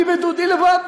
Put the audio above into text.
אני ודודי לבד,